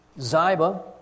Ziba